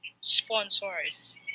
Sponsors